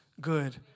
good